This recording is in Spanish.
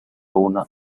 una